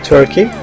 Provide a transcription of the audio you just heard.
Turkey